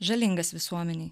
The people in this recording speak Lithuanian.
žalingas visuomenei